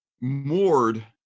moored